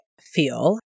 feel